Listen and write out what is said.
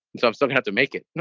so i'm still going to make it.